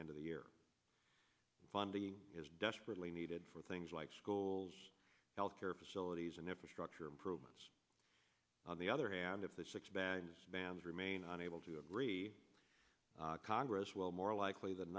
end of the year funding is desperately needed for things like schools health care facilities and infrastructure improvements on the other hand if this expands bans remain unable to agree congress will more likely than